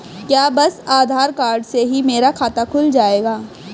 क्या बस आधार कार्ड से ही मेरा खाता खुल जाएगा?